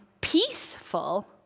peaceful